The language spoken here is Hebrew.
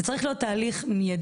זה צריך להיות תהליך מידי,